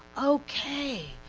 ok,